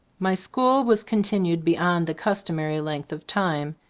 my school was continued be yond the customary length of time,